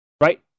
right